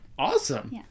Awesome